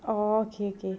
orh okay okay